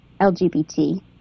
lgbt